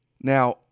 Now